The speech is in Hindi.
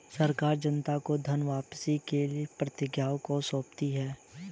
सरकार जनता को धन वापसी के प्रतिज्ञापत्र को सौंपती है